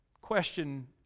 question